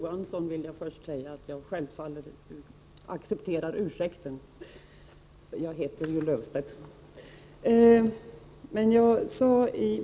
Herr talman!